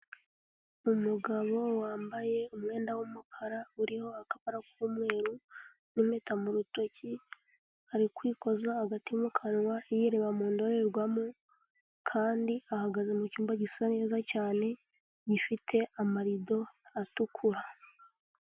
Umugabo wambaye umwenda w'umukara uriho akaba k'umweru n'impeta mu rutoki, ari kwikoza agati mu kanwa yireba mu ndorerwamo kandi ahagaze mu cyumba gisa neza cyane gifite amarido atukura.